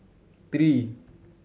three